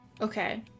Okay